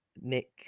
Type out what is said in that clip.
Nick